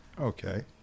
Okay